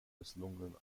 misslungenen